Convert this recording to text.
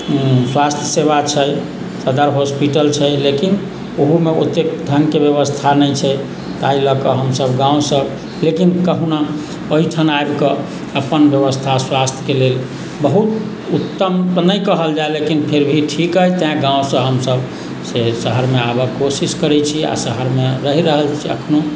स्वास्थ्य सेवा छै सदर हॉस्पिटल छै लेकिन ओहोमे ओत्तेक ढङ्गके व्यवस्था नहि छै ताहि लऽ कऽ हमसभ गामसँ लेकिन कहुना एहिठाम आबिके अपन व्यवस्था स्वास्थ्यके लेल बहुत उत्तम तऽ नहि कहल जाए लेकिन फिर भी ठीक अछि तैँ गामसँ हमसभ से शहरमे आबय के कोशिश करैत छी आ शहरमे रहि रहल छी एखनहु